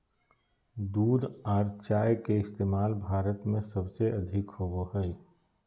दूध आर चाय के इस्तमाल भारत में सबसे अधिक होवो हय